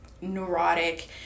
neurotic